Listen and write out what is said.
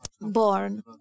born